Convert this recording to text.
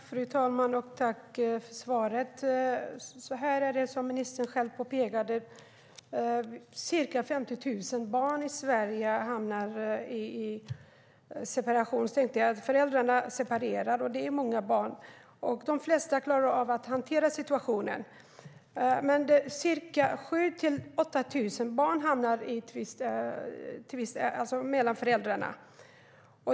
Fru talman! Jag tackar för svaret. Som ministern själv påpekade är det så många barn som ca 50 000 i Sverige vars föräldrar separerar. De flesta klarar av att hantera situationen, men ca 7 000-8 000 barn hamnar i tvist mellan föräldrarna.